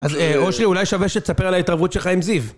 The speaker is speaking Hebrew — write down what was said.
אז אושי אולי שווה שתספר על ההתערבות שלך עם זיו.